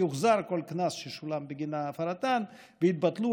יוחזר כל קנס ששולם בגין הפרתן ויתבטלו